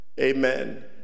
Amen